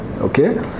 Okay